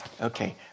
okay